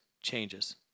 changes